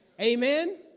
Amen